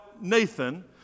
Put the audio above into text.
Nathan